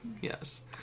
yes